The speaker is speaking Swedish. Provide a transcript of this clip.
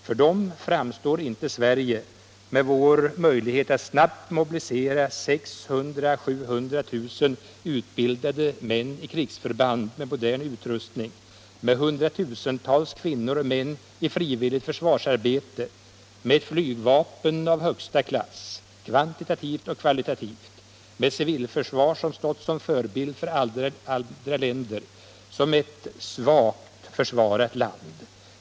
För dem framstår inte Sverige - med vår möjlighet att snabbt mobilisera 600 000 å 700 000 utbildade män i krigsförband med modern utrustning, med hundratusentals kvinnor och män i frivilligt försvarsarbete, med ett flygvapen av högsta klass, kvantitativt och kvalitativt, med ett civilförsvar som stått som förebild för andra länder — som ett svagt försvarat land.